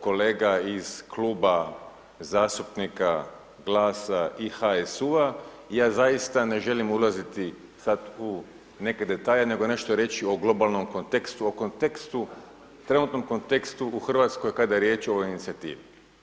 Kolega iz Kluba zastupnika GLAS-a i HSU-a ja zaista ne želim ulaziti sad u neke detalje, nego nešto reći o globalnom kontekstu, o kontekstu, o trenutnom kontekstu u RH kada je riječ o ovoj inicijativi.